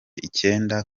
icyenda